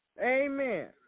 Amen